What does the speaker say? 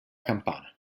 campana